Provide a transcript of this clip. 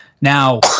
Now